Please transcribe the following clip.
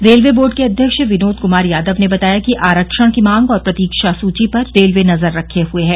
railway board के अध्यक्ष विनोद कुमार यादव ने बताया कि आरक्षण की मांग और प्रतीक्षा सूची पर रेलवे नजर रखे हुए है